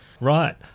Right